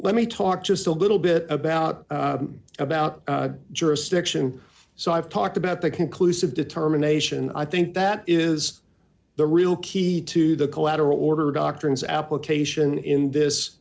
let me talk just a little bit about about jurisdiction so i've talked about the conclusive determination i think that is the real key to the collateral order doctrines application in this